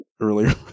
earlier